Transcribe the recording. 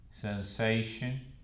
sensation